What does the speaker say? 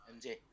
MJ